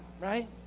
right